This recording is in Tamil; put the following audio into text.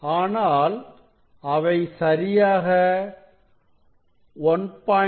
ஆனால் அவை சரியாக 1